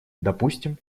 допустим